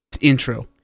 intro